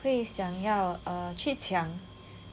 会想要去抢